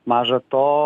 maža to